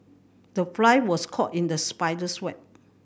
the fly was caught in the spider's web